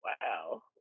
wow